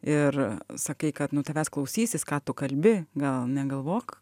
ir sakai kad nu tavęs klausysis ką tu kalbi gal negalvok